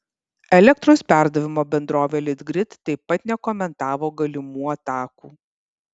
elektros perdavimo bendrovė litgrid taip pat nekomentavo galimų atakų